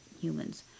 humans